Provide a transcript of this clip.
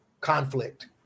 conflict